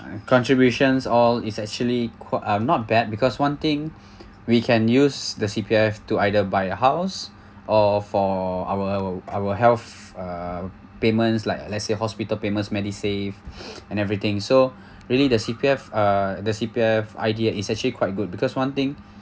contributions all is actually qui~ um not bad because one thing we can use the C_P_F to either buy a house or for our our health uh payments like let's say hospital payments medisave and everything so really the C_P_F uh the C_P_F idea is actually quite good because one thing